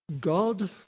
God